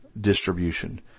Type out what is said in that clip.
distribution